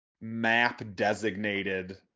map-designated